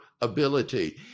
ability